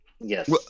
Yes